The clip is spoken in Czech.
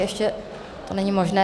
Ještě to není možné.